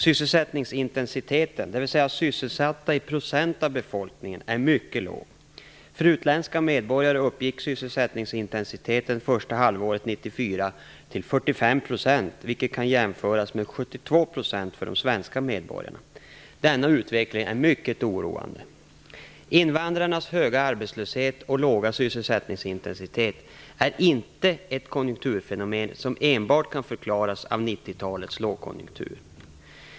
Sysselsättningsintensiteten, dvs. sysselsatta i procent av befolkningen, är mycket låg. För utländska medborgare uppgick sysselsättningsintensiteten första halvåret 1994 till 45 %, vilket kan jämföras med 72 % för svenska medborgare. Denna utveckling är mycket oroande. Invandrarnas höga arbetslöshet och låga sysselsättningsintensitet är inte ett konjunkturfenomen som enbart kan förklaras av 1990-talets lågkonjunktur.